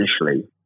initially